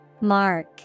Mark